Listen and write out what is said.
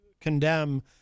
condemn